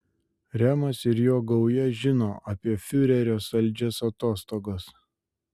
remas ir jo gauja žino apie fiurerio saldžias atostogas